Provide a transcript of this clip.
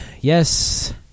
Yes